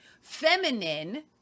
Feminine